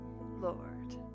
Lord